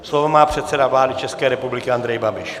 Slovo má předseda vlády České republiky Andrej Babiš.